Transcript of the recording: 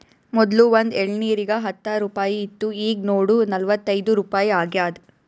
ಮೊದ್ಲು ಒಂದ್ ಎಳ್ನೀರಿಗ ಹತ್ತ ರುಪಾಯಿ ಇತ್ತು ಈಗ್ ನೋಡು ನಲ್ವತೈದು ರುಪಾಯಿ ಆಗ್ಯಾದ್